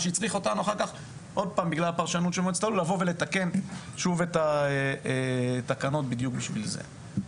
זה הביא אותנו לתקן את התקנות בדיוק בשביל זה.